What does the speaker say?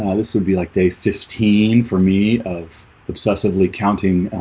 um this would be like day fifteen for me of obsessively counting